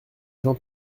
jean